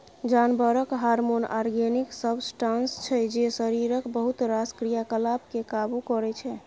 जानबरक hormone organic substance छै जे शरीरक बहुत रास क्रियाकलाप केँ काबु करय छै